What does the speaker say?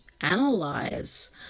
analyze